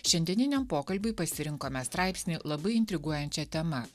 šiandieniniam pokalbiui pasirinkome straipsnį labai intriguojančia tema